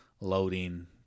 loading